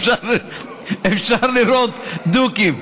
אפשר לראות דוקים.